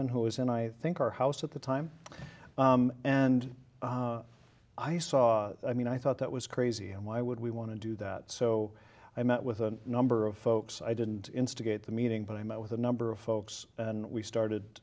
nn who was in i think our house at the time and i saw i mean i thought that was crazy and why would we want to do that so i met with a number of folks i didn't instigate the meeting but i met with a number of folks and we